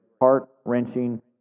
heart-wrenching